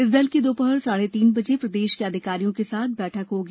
इस दल की दोपहर साढ़े तीन बजे प्रदेश के अधिकारियों के साथ बैठक होगी